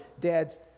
dads